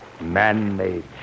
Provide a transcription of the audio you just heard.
man-made